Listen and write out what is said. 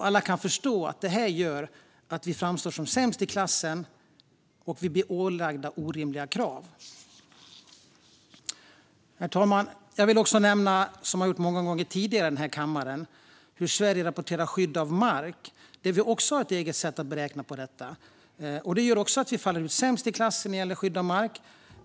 Alla kan förstå att detta gör att vi framstår som sämst i klassen, och vi blir ålagda orimliga krav. Herr talman! Jag vill också, som jag gjort många gånger tidigare i denna kammare, nämna hur Sverige rapporterar skydd av mark. Vi har ett eget sätt att beräkna detta, vilket gör att vi faller ut som sämst i klassen när det gäller skydd av mark.